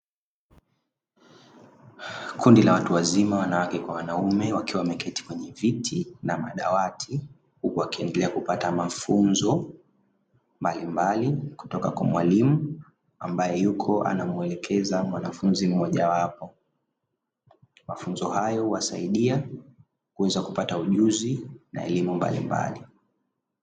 Kundi la watu wazima wanawake kwa wanaume wakiwa wameketi kwenye viti na madawati huku wakiendelea kupata mafunzo mbalimbali kutoka kwa mwalimu ambaye yuko anamuelekeza mwanafunzi mmoja wapo, mafunzo hayo huwasaidia kuweza kupata ujuzi na elimu mbalimbali.